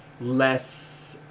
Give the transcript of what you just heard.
less